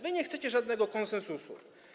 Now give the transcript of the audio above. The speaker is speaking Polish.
Wy nie chcecie żadnego konsensusu.